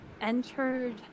entered